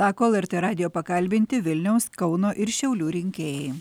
sako lrt radijo pakalbinti vilniaus kauno ir šiaulių rinkėjai